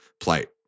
plight